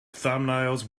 thumbnails